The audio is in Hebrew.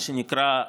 מה שנקרא.